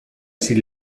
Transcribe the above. sri